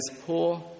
poor